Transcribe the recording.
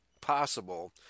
possible